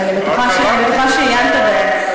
שאני בטוחה שעיינת בהן.